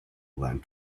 went